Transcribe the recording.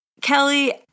Kelly